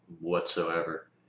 whatsoever